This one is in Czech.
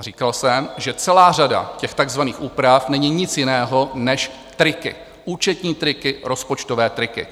Říkal jsem, že celá řada těch takzvaných úprav není nic jiného než triky, účetní triky, rozpočtové triky.